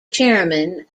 chairman